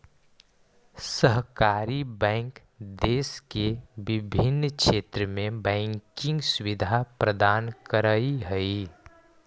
सहकारी बैंक देश के विभिन्न क्षेत्र में बैंकिंग सुविधा प्रदान करऽ हइ